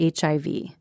HIV